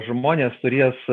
žmonės turės